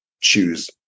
choose